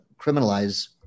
criminalize